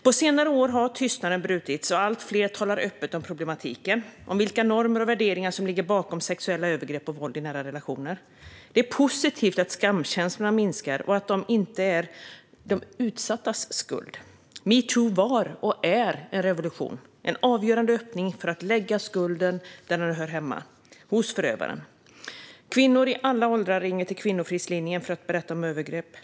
På senare år har tystnaden brutits, och allt fler talar öppet om problemen och om vilka normer och värderingar som ligger bakom sexuella övergrepp och våld i nära relationer. Det är positivt att skamkänslorna minskar och att det inte ska vara fråga om de utsattas skuld. Metoo var och är en revolution och en avgörande öppning för att lägga skulden där den hör hemma - hos förövaren. Kvinnor i alla åldrar ringer till Kvinnofridslinjen för att berätta om övergrepp.